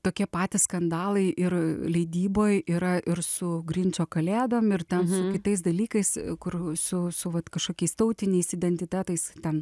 tokie patys skandalai ir leidyboj yra ir su grinčo kalėdom ir ten su kitais dalykais kur su su vat kažkokiais tautiniais identitetais ten